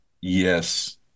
Yes